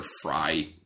fry